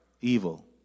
evil